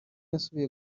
yasubiye